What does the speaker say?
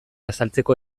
azaltzeko